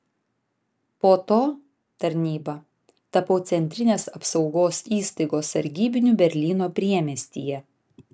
po to tarnyba tapau centrinės apsaugos įstaigos sargybiniu berlyno priemiestyje